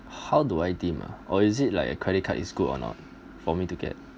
how do I deem ah or is it like a credit card is good or not for me to get